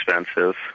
expensive